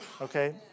okay